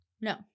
No